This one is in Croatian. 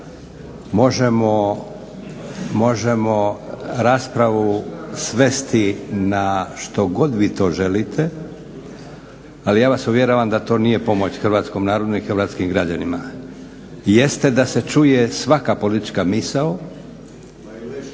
možemo raspravu svesti na što god vi to želite ali ja vas uvjeravam da to nije pomoć hrvatskom narodu ni hrvatskim građanima. Jeste da se čuje svaka politička misao